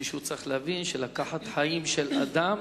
מישהו צריך להבין שלקחת חיים של אדם